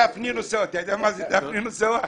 אתה יודע מה זה "דאפנינהו סווא"?